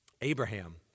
Abraham